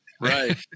Right